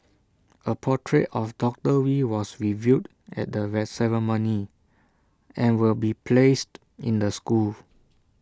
A portrait of doctor wee was revealed at the ceremony and will be placed in the school